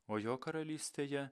o jo karalystėje